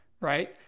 right